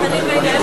גם אני ביניהם,